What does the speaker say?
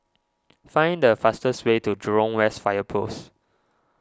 find the fastest way to Jurong West Fire Post